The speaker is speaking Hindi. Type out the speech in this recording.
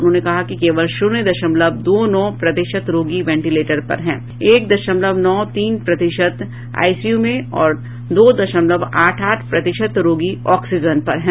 उन्होंने कहा कि केवल शून्य दशमलव दो नौ प्रतिशत रोगी वेंटिलेटर पर हैं एक दशमलव नौ तीन प्रतिशत आईसीयू में और दो दशमलव आठ आठ प्रतिशत रोगी ऑक्सीजन पर हैं